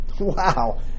Wow